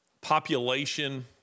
population